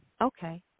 Okay